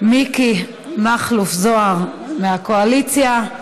מיקי מכלוף זוהר, מהקואליציה.